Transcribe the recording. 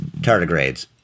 Tardigrades